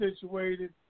situated